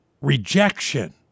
rejection